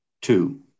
Two